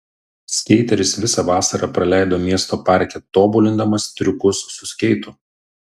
skeiteris visą vasarą praleido miesto parke tobulindamas triukus su skeitu